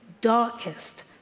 darkest